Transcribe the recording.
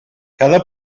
cada